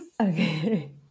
Okay